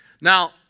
Now